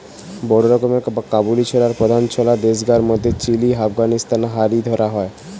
বড় রকমের কাবুলি ছোলার প্রধান ফলা দেশগার মধ্যে চিলি, আফগানিস্তান হারি ধরা হয়